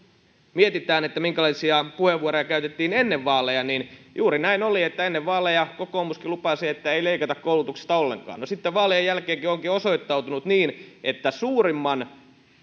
mietitään että minkälaisia puheenvuoroja käytettiin ennen vaaleja niin juuri näin oli että ennen vaaleja kokoomuskin lupasi että ei leikata koulutuksesta ollenkaan no sitten vaalien jälkeen onkin osoittautunut että suurimman